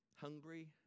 hungry